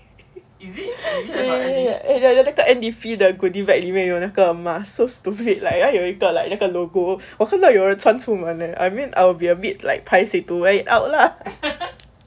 ya ya ya 那个 N_D_P 的 goodie bag 里面有那个 mask so stupid like 他有一个 like 那个 logo 我看到有人穿出门 leh like I mean I will be a bit like paiseh to wear it out lah